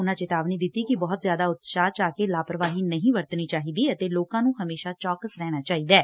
ਉਨੂਾਂ ਚੇਤਾਵਨੀ ਦਿੱਤੀ ਕਿ ਬਹੁਤ ਜਿਆਦਾ ਉਤਸ਼ਾਹ 'ਚ ਆਕੇ ਲਾਪਰਵਾਹੀ ਨਹੀ ਵਰਤਣੀ ਚਾਹੀਦੀ ਅਤੇ ਲੋਕਾਂ ਨੂੰ ਹਮੇਸ਼ਾ ਚੌਕਸ ਰਹਿਣਾ ਚਾਹੀਦਾ ਏ